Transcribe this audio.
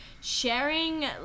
sharing